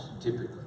typically